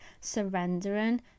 surrendering